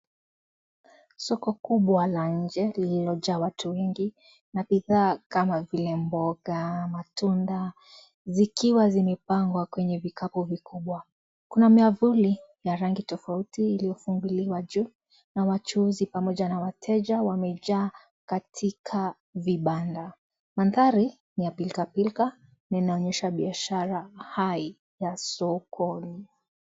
Soko kubwa la nje lililonjaa watu wengi na bidhaa kama vile mboga, matunda vikiwa vimewekwa kwenye vikapu. Kuna miavuli ya rangi tofauti iliyofungiliwa juu na wateja pamoja na wachuuzi wamenjaa katika vibanda. Mandhari ni ya pilkapilka na inaonesha biashra hai ya soko.